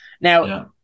Now